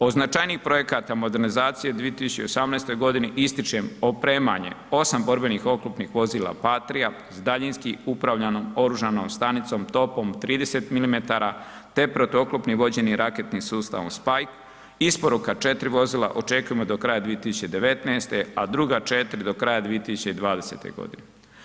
Od značajnijih projekata modernizacije u 2018. godini ističem opremanje 8 borbenih oklopnih vozila Patria s daljinski upravljanom oružanom stanicom, topom 30 mm te protuoklopnim vođeni raketnim sustavom Spike, isporuka 4 vozila očekujemo do kraja 2019., a druga 4 do kraja 2020. godine.